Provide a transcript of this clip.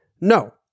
no